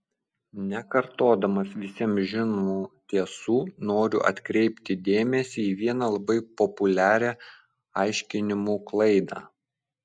nekartodamas visiems žinomų tiesų noriu atkreipti dėmesį į vieną labai populiarią aiškinimų klaidą